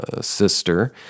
sister